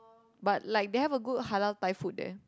but like they have a good halal Thai food there